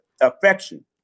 affection